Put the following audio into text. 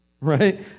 right